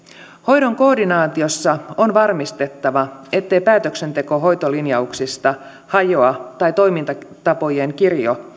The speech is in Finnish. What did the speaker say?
hoidon koordinaatiossa on varmistettava ettei päätöksenteko hoitolinjauksista hajoa tai toimintatapojen kirjo